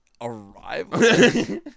Arrival